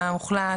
מה הוחלט,